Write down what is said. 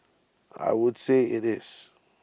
I would say IT is